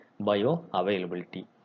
bioavailability